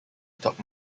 stock